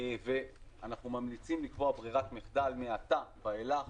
ואנחנו ממליצים לקבוע ברירת מחדל מעתה ואילך